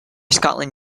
scotland